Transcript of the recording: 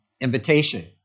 invitation